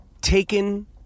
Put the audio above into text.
taken